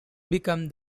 become